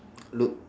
look